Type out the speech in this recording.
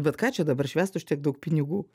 bet ką čia dabar švęst už tiek daug pinigų